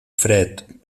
fred